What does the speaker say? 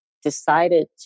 decided